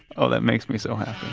oh, that makes me so happy